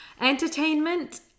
entertainment